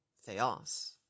theos